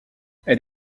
elle